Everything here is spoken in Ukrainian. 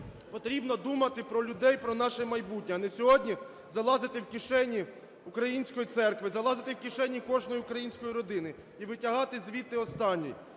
потрібно думати про людей, про наше майбутнє, а не сьогодні залазити в кишені української церкви, залазити в кишені кожної української родини і витягати звідти останнє.